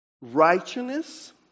righteousness